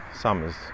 Summer's